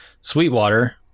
Sweetwater